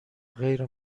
غیر